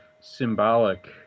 symbolic